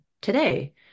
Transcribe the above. today